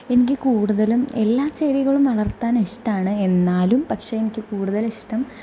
എനിക്ക് കൂടുതലും എല്ലാ ചെടികളും വളർത്താൻ ഇഷ്ടമാണ് എന്നാലും പക്ഷേ എനിക്ക് കൂടുതലിഷ്ടം